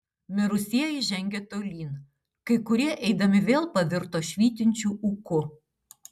mirusieji žengė tolyn kai kurie eidami vėl pavirto švytinčiu ūku